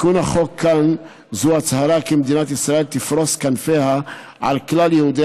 תיקון החוק כאן זו הצהרה כי מדינת ישראל תפרוס כנפיה על כלל יהודי